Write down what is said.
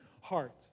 heart